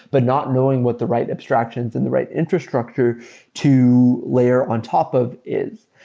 but not knowing what the right abstractions and the right infrastructure to layer on top of is.